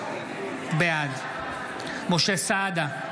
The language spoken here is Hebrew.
בעד משה סעדה,